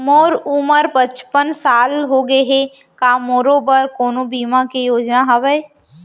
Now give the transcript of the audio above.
मोर उमर पचपन साल होगे हे, का मोरो बर कोनो बीमा के योजना हावे?